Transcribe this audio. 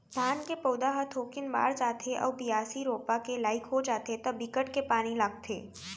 धान के पउधा ह थोकिन बाड़ जाथे अउ बियासी, रोपा के लाइक हो जाथे त बिकट के पानी लगथे